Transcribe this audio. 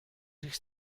zich